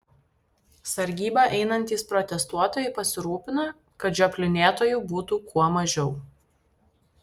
sargybą einantys protestuotojai pasirūpina kad žioplinėtojų būtų kuo mažiau